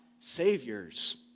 saviors